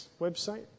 website